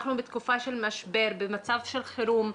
אנחנו בתקופה של משבר, במצב של חרום.